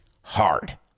Hard